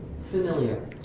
familiar